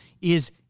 is-